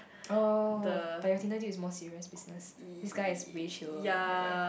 oh but your Tinder is more serious business this guy is way chiller than that guy